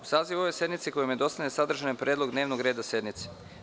U sazivu ove sednice koji vam je dostavljen sadržan je predlog dnevnog reda sednice.